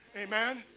Amen